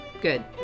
good